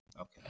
Okay